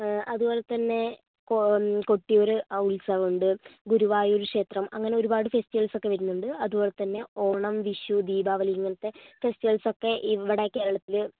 അതുപോലെതന്നെ കൊട്ടിയൂര് ഉത്സവമുണ്ട് ഗുരുവായൂര് ക്ഷേത്രം അങ്ങനൊരുപാട് ഫെസ്റ്റിവൽസൊക്കെ വരുന്നുണ്ട് അതുപോലെതന്നെ ഓണം വിഷു ദീപാവലി ഇങ്ങനത്തെ ഫെസ്റ്റിവൽസൊക്കെ ഇവിടെ കേരളത്തില്